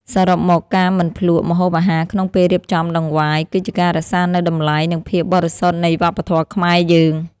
សរុបមក ការមិនភ្លក្សម្ហូបអាហារក្នុងពេលរៀបចំដង្វាយ គឺជាការរក្សានូវតម្លៃ និងភាពបរិសុទ្ធនៃវប្បធម៌ខ្មែរយើង។